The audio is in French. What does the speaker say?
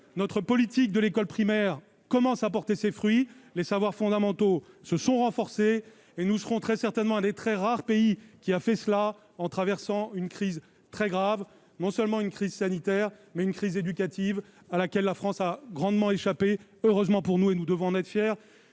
notre politique de l'école primaire commence à porter ses fruits, les savoirs fondamentaux se sont renforcés et nous serons très certainement un des très rares pays qui a fait cela en traversant une crise très grave non seulement une crise sanitaire mais une crise éducative à laquelle la France a grandement échapper, heureusement pour nous, et nous devons en être fiers,